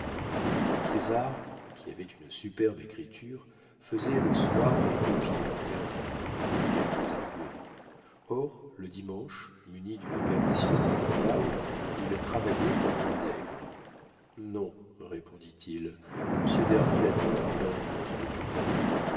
viendras césar qui avait une superbe écriture faisait le soir des copies pour derville et pour quelques avoués or le dimanche muni d'une permission curiale il travaillait comme un nègre non répondit-il monsieur derville attend après un compte de tutelle